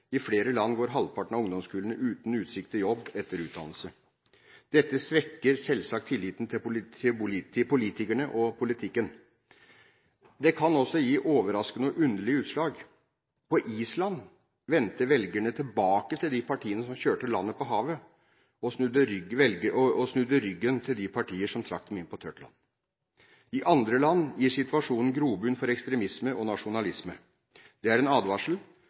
I flere land er halvparten av ungdomskullene uten utsikt til jobb etter utdannelse. Dette svekker selvsagt tilliten til politikerne og politikken. Det kan også gi overraskende og underlige utslag. På Island vendte velgerne tilbake til de partiene som kjørte landet på havet, og snudde ryggen til de partier som trakk dem inn på tørt land. I andre land gir situasjonen grobunn for ekstremisme og nasjonalisme. Det er en advarsel.